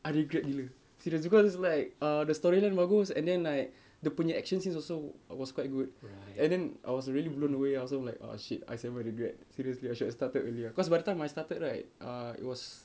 I regret gila serious because it's like uh the storyline bagus and then like dia punya action scenes also was quite good and then I was really blown away ah so like aw shit I semi regret seriously I should have started earlier cause by the time I started right uh it was